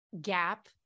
gap